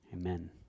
amen